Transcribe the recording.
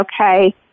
okay